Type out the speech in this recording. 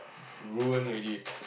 ruin already